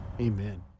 amen